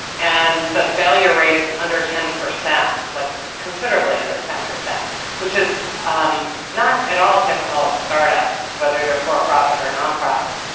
and the failure rate's under ten, like considerably under ten percent which is not at all typical of startups whether they're for profit or nonprofit.